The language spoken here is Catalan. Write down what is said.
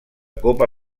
copa